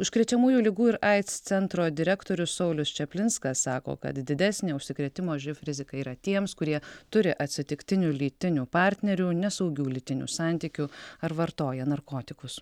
užkrečiamųjų ligų ir aids centro direktorius saulius čeplinskas sako kad didesnė užsikrėtimo živ rizika yra tiems kurie turi atsitiktinių lytinių partnerių nesaugių lytinių santykių ar vartoja narkotikus